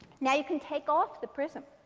now, you can take off the prism.